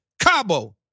Cabo